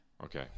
Okay